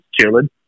chilling